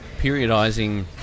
periodizing